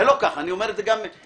זה לא כך, אני אומר את זה גם מניסיון.